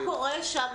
מה קורה שם